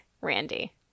Randy